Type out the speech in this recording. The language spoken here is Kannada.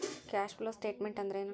ಕ್ಯಾಷ್ ಫ್ಲೋಸ್ಟೆಟ್ಮೆನ್ಟ್ ಅಂದ್ರೇನು?